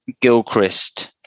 Gilchrist